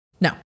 No